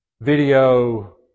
video